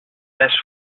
les